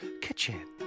Kitchen